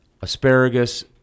asparagus